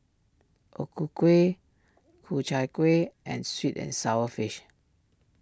O Ku Kueh Ku Chai Kueh and Sweet and Sour Fish